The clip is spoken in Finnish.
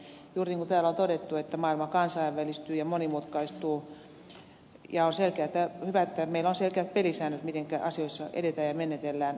juuri niin kuin täällä on todettu maailma kansainvälistyy ja monimutkaistuu ja on hyvä että meillä on selkeät pelisäännöt mitenkä asioissa edetään ja menetellään